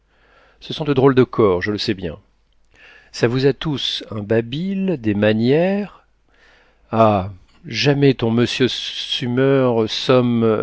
ce sont de drôles de corps je le sais bien ça vous a tous un babil des manières ah jamais ton monsieur